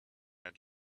had